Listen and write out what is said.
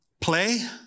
play